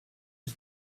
was